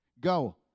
go